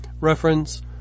reference